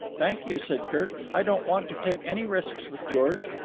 thank you, said kirk. i don't want to take any risks with george.